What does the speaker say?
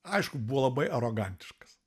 aišku buvo labai arogantiškas